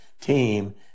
team